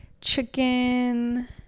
chicken